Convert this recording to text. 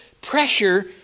pressure